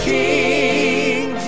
King